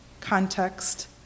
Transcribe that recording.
context